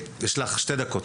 שמי נעמה גזית,